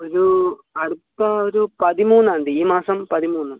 ഒരു അടുത്ത ഒരു പതിമൂന്നാം തീയതി ഈ മാസം പതിമൂന്ന്